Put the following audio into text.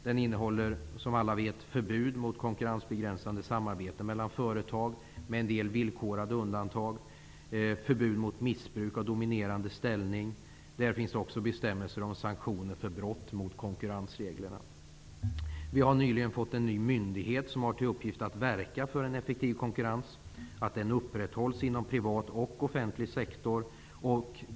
Den innehåller, som alla vet, förbud mot konkurrensbegränsande samarbete mellan företag, med en del villkorade undantag och förbud mot missbruk av dominerande ställning. Där finns också bestämmelser om sanktioner för brott mot konkurrensreglerna. Vi har nyligen fått en ny myndighet som har till uppgift att verka för att en effektiv konkurrens upprätthålls inom privat och offentlig sektor.